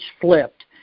flipped